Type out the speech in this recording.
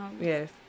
Yes